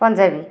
Punjabi